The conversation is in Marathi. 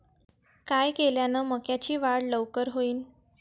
काय केल्यान मक्याची वाढ लवकर होईन?